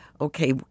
okay